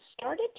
started